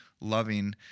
loving